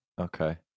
Okay